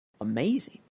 amazing